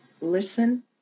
Listen